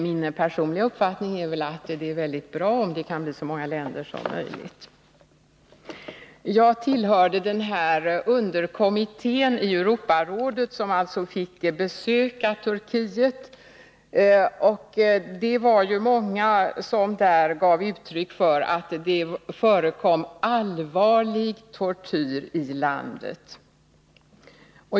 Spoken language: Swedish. Min personliga uppfattning är att det är väldigt bra om det kan bli så många länder som möjligt. Jag tillhörde den underkommitté i Europarådet som fick besöka Turkiet. Det var många som där gav uttryck för att det förekommer allvarlig tortyr i landet.